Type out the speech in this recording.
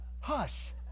Hush